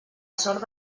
sort